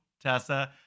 Tessa